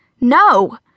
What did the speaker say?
No